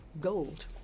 gold